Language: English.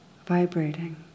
vibrating